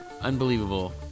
unbelievable